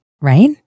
right